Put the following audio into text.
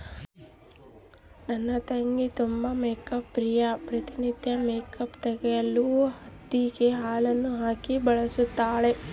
ನನ್ನ ತಂಗಿ ತುಂಬಾ ಮೇಕ್ಅಪ್ ಪ್ರಿಯೆ, ಪ್ರತಿ ನಿತ್ಯ ಮೇಕ್ಅಪ್ ತೆಗೆಯಲು ಹತ್ತಿಗೆ ಹಾಲನ್ನು ಹಾಕಿ ಬಳಸುತ್ತಾಳೆ